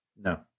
No